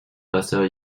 faster